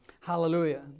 Hallelujah